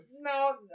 No